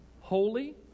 holy